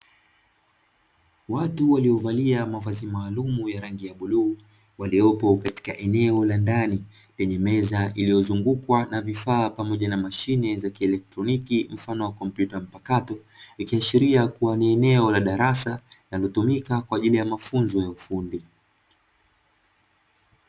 Watu waliovalia mavazi maalumu ya rangi ya bluu waliopo katika eneo la ndani lenye meza iliyozungukwa na vifaa pamoja na mashine za kielektroniki mfano wa kompyuta mpakato, ikiashiria kuwa ni eneo la darasa linalotumika kwa ajili ya mafunzo ya ufundi.